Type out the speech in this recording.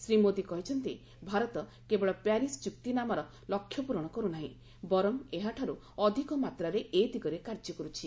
ଶ୍ରୀ ମୋଦି କହିଛନ୍ତି ଭାରତ କେବଳ ପ୍ୟାରିସ୍ ଚୂକ୍ତିନାମାର ଲକ୍ଷ୍ୟ ପ୍ରରଣ କର୍ ନାହିଁ ବରଂ ଏହାଠାର୍ଚ ଅଧିକମାତ୍ରାରେ ଏ ଦିଗରେ କାର୍ଯ୍ୟ କର୍ଛି